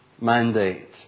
mandate